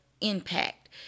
impact